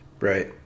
Right